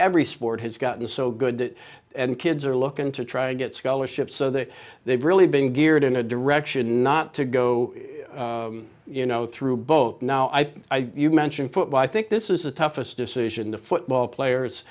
every sport has gotten so good that and kids are looking to try and get scholarships so that they've really been geared in a direction not to go you know through both now i think you mentioned football i think this is the toughest decision the football players